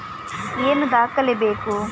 ಏನು ದಾಖಲೆ ಬೇಕು?